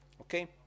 Okay